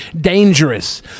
dangerous